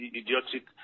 idiotic